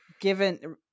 given